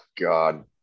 God